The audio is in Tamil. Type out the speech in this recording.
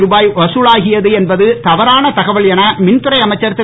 ருபாய் வதலியாகியது என்பது தவறான தகவல் என மின்துறை அமைச்சர் திரு